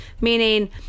meaning